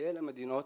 אלה מדינות